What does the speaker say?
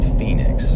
Phoenix